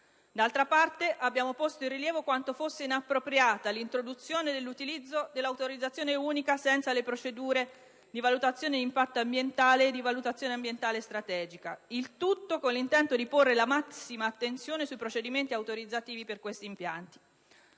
D'altra parte, abbiamo posto in rilievo quanto fosse inappropriata l'introduzione dell'utilizzo dell'autorizzazione unica senza le procedure VIA (valutazione di impatto ambientale) e VAS (valutazione ambientale strategica). Il tutto con l'intento di porre la massima attenzione sui procedimenti autorizzativi per questi impianti.